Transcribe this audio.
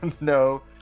No